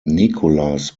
nicolas